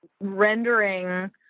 rendering